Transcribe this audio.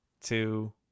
two